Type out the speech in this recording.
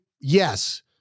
yes